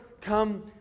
come